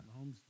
Mahomes